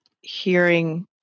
hearing